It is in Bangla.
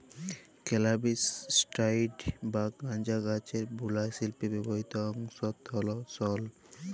ক্যালাবিস স্যাটাইভ বা গাঁজা গাহাচের বুলা শিল্পে ব্যাবহিত অংশট হ্যল সল